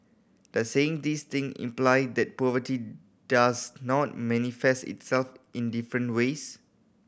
does saying these thing imply that poverty does not manifest itself in different ways